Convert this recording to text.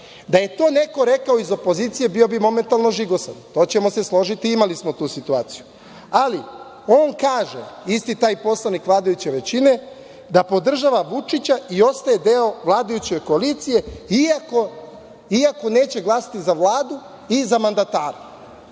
Da je to neko rekao iz opozicije bio bi momentalni žigosan. To ćemo se složiti, imali smo tu situaciju. Ali, on kaže, isti taj poslanik vladajuće većine, da podržava Vučića i ostaje deo vladajuće koalicije iako neće glasati za Vladu i za mandatara.